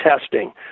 testing